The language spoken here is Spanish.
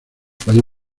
país